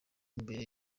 mbere